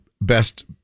best